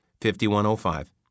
Fifty-one-oh-five